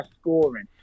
scoring